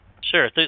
Sure